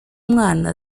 umwana